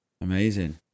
Amazing